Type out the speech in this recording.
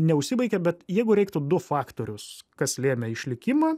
neužsibaigė bet jeigu reiktų du faktorius kas lėmė išlikimą